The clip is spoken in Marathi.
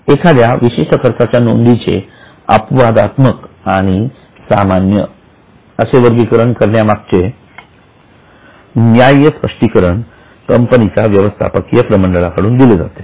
एखाद्या विशिष्ट खर्चाच्या नोंदीचे अपवादात्मक किंवा सामान्य असे वर्गीकरण करण्यामागचे न्याय्य स्पष्टीकरण कंपनीच्या व्यवस्थापकीय प्रमंडळाकडून दिले जाते